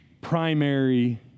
primary